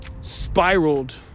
spiraled